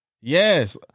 yes